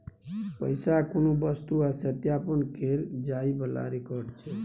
पैसा कुनु वस्तु आ सत्यापन केर जाइ बला रिकॉर्ड छै